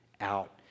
out